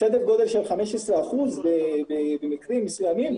סדר גודל של 15% במקרים מסוימים,